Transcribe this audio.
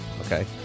okay